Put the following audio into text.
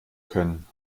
können